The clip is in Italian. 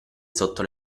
sotto